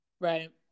Right